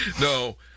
No